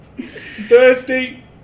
Thirsty